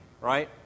right